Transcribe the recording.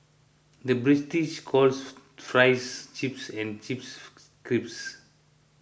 the British calls Fries Chips and Chips Crisps